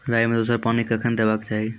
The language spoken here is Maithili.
राई मे दोसर पानी कखेन देबा के चाहि?